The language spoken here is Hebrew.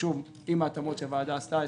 עם ההתאמות שהוועדה עשתה,